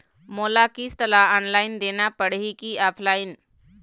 मोला किस्त ला ऑनलाइन देना पड़ही की ऑफलाइन?